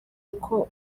uko